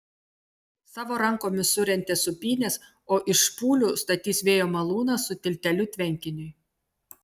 savo rankomis surentė sūpynes o iš špūlių statys vėjo malūną su tilteliu tvenkiniui